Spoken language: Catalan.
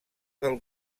del